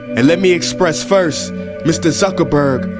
and let me express first mr. zuckerberg,